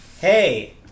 Hey